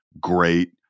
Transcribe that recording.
great